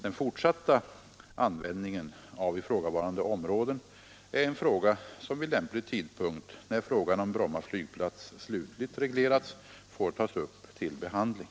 Den fortsatta användningen av ifrågavarande områden är en fråga som vid lämplig tidpunkt — när frågan om Bromma flygplats slutligt reglerats — får tas upp till behandling.